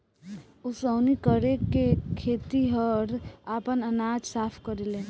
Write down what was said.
ओसौनी करके खेतिहर आपन अनाज साफ करेलेन